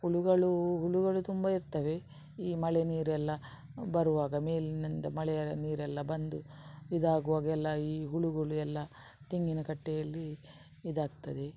ಹುಳುಗಳು ಹುಳುಗಳು ತುಂಬ ಇರ್ತವೆ ಈ ಮಳೆ ನೀರು ಎಲ್ಲ ಬರುವಾಗ ಮೇಲಿನಿಂದ ಮಳೆಯ ನೀರೆಲ್ಲ ಬಂದು ಇದಾಗುವಾಗ ಎಲ್ಲ ಈ ಹುಳುಗಳು ಎಲ್ಲ ತೆಂಗಿನ ಕಟ್ಟೆಯಲ್ಲಿ ಇದಾಗ್ತದೆ